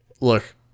look